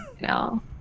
No